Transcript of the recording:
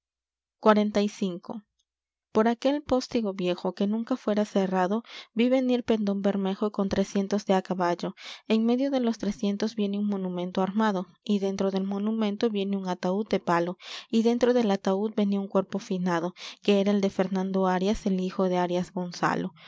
por aquel postigo viejo que nunca fuera cerrado ví venir pendón bermejo con trescientos de á caballo en medio de los trescientos viene un monumento armado y dentro del monumento viene un ataúd de palo y dentro del ataúd venía un cuerpo finado quera el de fernando darias el hijo de arias gonzalo